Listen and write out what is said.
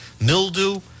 mildew